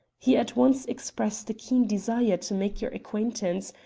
he at once expressed a keen desire to make your acquaintance,